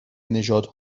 نژاد